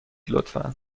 لطفا